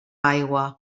aigua